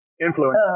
Influence